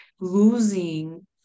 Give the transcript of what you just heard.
losing